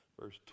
Verse